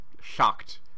shocked